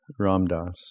Ramdas